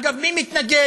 אגב, מי מתנגד